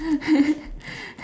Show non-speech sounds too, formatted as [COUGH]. [LAUGHS]